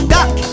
Duck